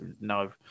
No